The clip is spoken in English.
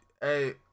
hey